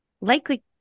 likely